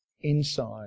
inside